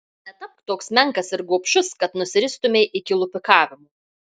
netapk toks menkas ir gobšus kad nusiristumei iki lupikavimo